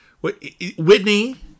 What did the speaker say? Whitney